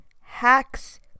hacks